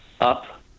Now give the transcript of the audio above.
up